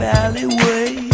alleyway